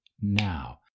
now